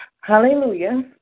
Hallelujah